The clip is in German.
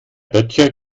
böttcher